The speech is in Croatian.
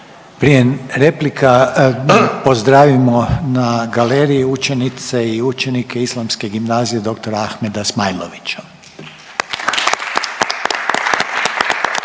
Prije replika pozdravimo na galeriji učenice i učenike Islamske gimnazije Dr. Ahmeda Smajlovića.